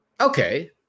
Okay